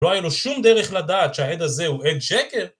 לא היה לו שום דרך לדעת שהעד הזה הוא עד שקר?